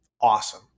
awesome